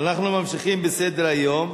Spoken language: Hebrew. אנחנו ממשיכים בסדר-היום.